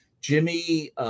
Jimmy